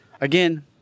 Again